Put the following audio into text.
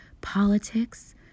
politics